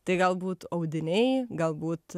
tai galbūt audiniai galbūt